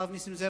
הרב נסים זאב,